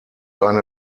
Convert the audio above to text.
eine